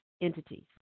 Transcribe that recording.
entities